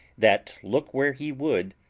that, look where he would,